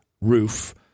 roof